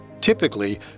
Typically